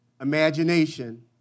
imagination